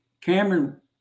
Cameron